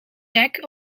jack